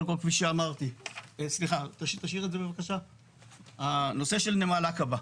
הנושא של נמל עקבה,